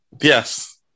Yes